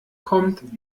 kommt